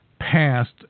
passed